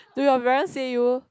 do your parents say you